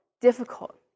difficult